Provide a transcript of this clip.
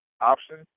option